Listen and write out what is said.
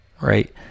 right